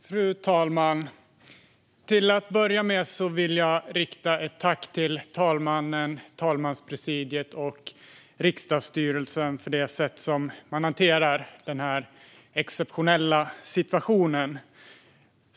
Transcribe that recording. Fru talman! Till att börja med vill jag rikta ett tack till talmannen, talmanspresidiet och riksdagsstyrelsen för det sätt på vilket man hanterar den exceptionella situationen.